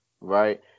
right